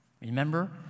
Remember